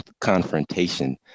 confrontation